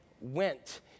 went